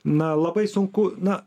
na labai sunku na